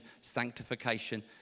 sanctification